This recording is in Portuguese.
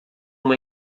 uma